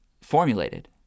formulated